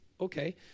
okay